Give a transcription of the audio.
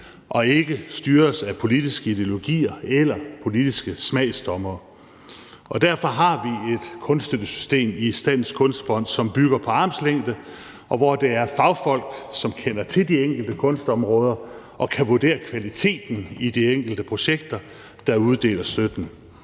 og ikke styres af politiske ideologier eller politiske smagsdommere. Derfor har vi et kunststøttesystem i Statens Kunstfond, som bygger på armslængde, og hvor det er fagfolk, der kender til de enkelte kunstområder og kan vurdere kvaliteten i de enkelte projekter, som uddeler støtten,